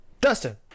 dustin